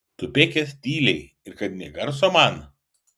tupėkit tyliai ir kad nė garso man